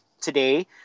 today